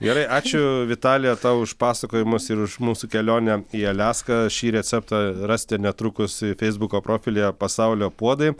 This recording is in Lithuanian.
gerai ačiū vitalija tau už pasakojimus ir už mūsų kelionę į aliaską šį receptą rasite netrukus feisbuko profilyje pasaulio puodai